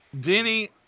Denny